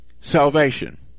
salvation